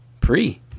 Pre